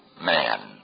man